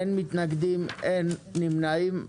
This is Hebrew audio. אין מתנגדים ואין נמנעים.